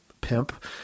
pimp